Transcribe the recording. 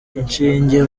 inshinge